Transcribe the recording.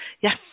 Yes